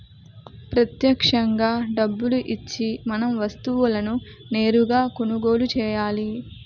ప్రత్యక్షంగా డబ్బులు ఇచ్చి మనం వస్తువులను నేరుగా కొనుగోలు చేయాలి